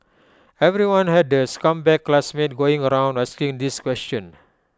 everyone had the scumbag classmate going around asking this question